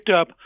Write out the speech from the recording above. up